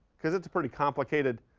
because it's a pretty complicated,